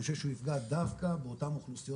אני חושב שהוא יפגע דווקא באותן אוכלוסיות